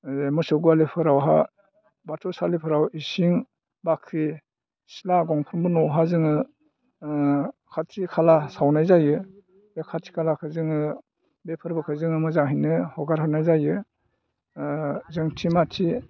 मोसौ गवालिफोरावहाय बाथौ सालिफोराव इसिं बाख्रि सिला दंफांनि न'आवहाय जोङो खाथि खाला सावनाय जायो बे खाथि खालाखौ जोङो बे फोरबोखौ जोङो मोजाङैनो हगार हरनाय जायो जोंथि माथि